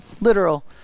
literal